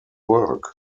work